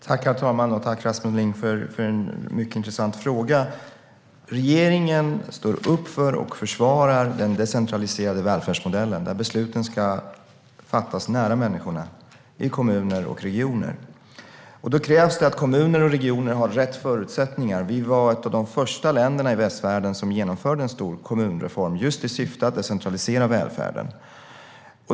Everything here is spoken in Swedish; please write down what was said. Herr talman! Tack, Rasmus Ling, för en mycket intressant fråga! Regeringen står upp för och försvarar den decentraliserade välfärdsmodellen, där besluten ska fattas nära människorna i kommuner och regioner. Då krävs det att kommuner och regioner har rätt förutsättningar. Vi var ett av de första länderna i västvärlden som genomförde en stor kommunreform, just i syfte att decentralisera välfärden.